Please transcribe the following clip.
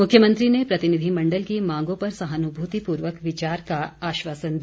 मुख्यमंत्री ने प्रतिनिधिमण्डल की मांगों पर सहानुभूतिपूर्वक विचार का आश्वासन दिया